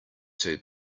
too